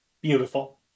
Beautiful